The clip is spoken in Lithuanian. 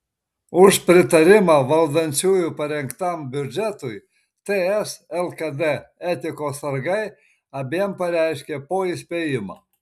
už pritarimą valdančiųjų parengtam biudžetui ts lkd etikos sargai abiem pareiškė po įspėjimą